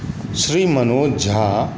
Shri Manoj Jha